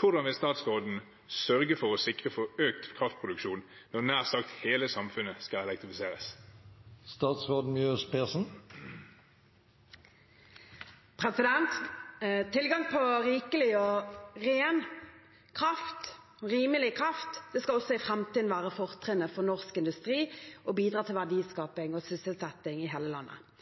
Hvordan vil statsråden sørge for å sikre økt kraftproduksjon når nær sagt hele samfunnet skal elektrifiseres?» Tilgang på rikelig ren og rimelig kraft skal også i framtiden være fortrinnet for norsk industri og bidra til verdiskaping og sysselsetting i hele landet.